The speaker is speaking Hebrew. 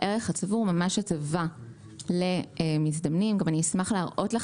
הערך הצבור הוא ממש הטבה למזדמנים ואני אשמח להראות לך.